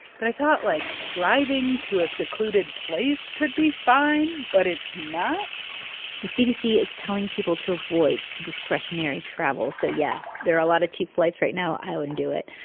but i thought, like, driving to a secluded place could be fine. but it's not the cdc is telling people to avoid discretionary travel. so yeah, there are a lot of cheap flights right now. i wouldn't do it.